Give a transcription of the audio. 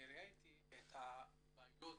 אני ראיתי בעיות